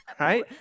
right